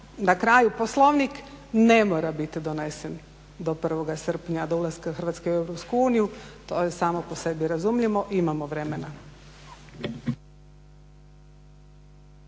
na kraju, Poslovnik ne mora biti donesen do 1. srpnja, do ulaska Hrvatske u Europsku uniju, to je samo po sebi razumljivo, imamo vremena.